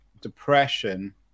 depression